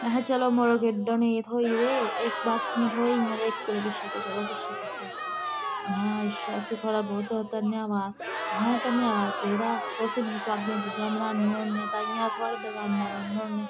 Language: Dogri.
अहें चलो मरा गेडै नेईं थ्होई ते इक बाकी थ्होई गेइयां इक दे पिच्छै ते चलो पिच्छा छड्डो महां अच्छा फ्ही थोआढ़ा बोहत बोहत धन्नबाद अहें धन्नबाद कैह्दा तुस इन्नियां सुआदलियां चीजां बनाने होन्ने ताईंयै अस थोआढ़ी दकानै'र औन्ने होन्ने